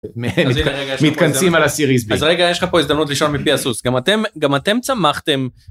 מתכנסים על הסיריס B אז רגע יש לך פה הזדמנות לשאול מפי הסוס גם אתם גם אתם צמחתם.